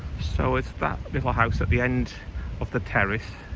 so it's that little house at the end of the terrace